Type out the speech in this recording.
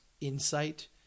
insight